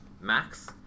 max